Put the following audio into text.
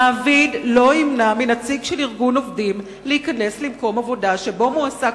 מעביד לא ימנע מנציג של ארגון עובדים להיכנס למקום עבודה שבו מועסק